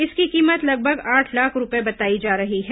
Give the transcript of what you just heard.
इसकी कीमत लगभग आठ लाख रूपए बताई जा रही है